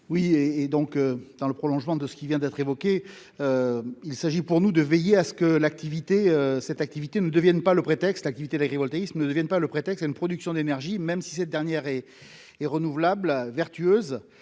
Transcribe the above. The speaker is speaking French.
et, et, donc, dans le prolongement de ce qui vient d'être évoqué, il s'agit pour nous de veiller à ce que l'activité cette activité ne devienne pas le prétexte activité l'agrivoltaïsme ne devienne pas le prétexte à une production d'énergie, même si cette dernière est est renouvelable à vertueuse